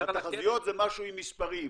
תחזיות זה משהו עם מספרים,